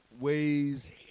ways